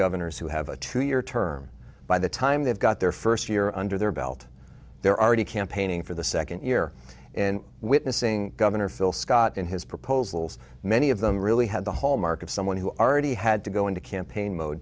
governors who have a two year term by the time they've got their first year under their belt there are ready campaigning for the second year in witnessing governor phil scott in his proposals many of them really had the hallmark of someone who already had to go into campaign mode